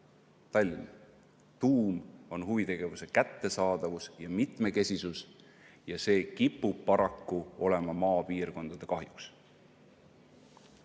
Tallinn, tuum on huvitegevuse kättesaadavus ja mitmekesisus ning see kipub paraku rääkima maapiirkondade kahjuks.